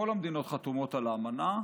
כל המדינות חתומות על האמנה.